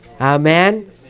Amen